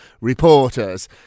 reporters